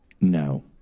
No